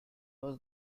was